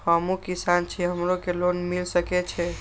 हमू किसान छी हमरो के लोन मिल सके छे?